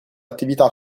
attività